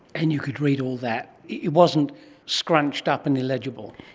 and you could read all that? it wasn't scrunched up and illegible?